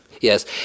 yes